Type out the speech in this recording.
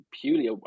purely